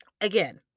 again